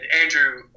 Andrew